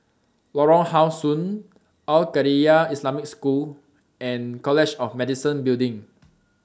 Lorong How Sun Al Khairiah Islamic School and College of Medicine Building